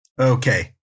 Okay